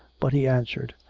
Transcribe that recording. but he answered,